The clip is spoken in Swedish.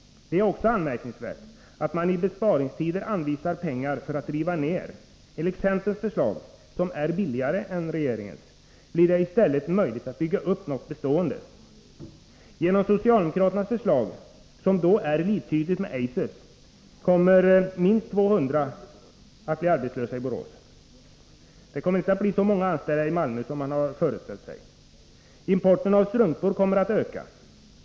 Det är också anmärkningsvärt att man i besparingstider anvisar pengar för att riva ned. Enligt centerns förslag, som är billigare än regeringens, blir det i stället möjligt att bygga upp något bestående. Genom socialdemokraternas förslag, som är liktydigt med Eisers, kommer minst 200 att bli arbetslösa i Borås. Det kommer inte att bli så många anställda i Malmö som man föreställt sig. Importen av strumpor kommer att öka.